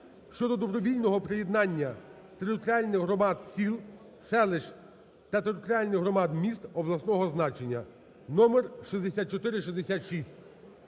щодо добровільного приєднання територіальних громад сіл, селищ до територіальних громад міст обласного значення (номер 6466).